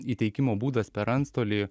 įteikimo būdas per antstolį